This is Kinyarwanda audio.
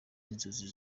inzozi